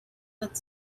but